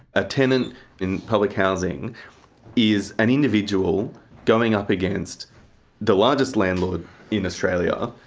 a tenant in public housing is an individual going up against the largest landlord in australia.